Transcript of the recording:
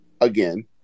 again